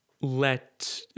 let